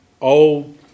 old